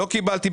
לא קיבלתי.